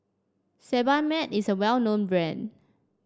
Sebamed is a well known brand